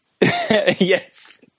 yes